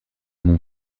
mon